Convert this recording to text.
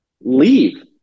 leave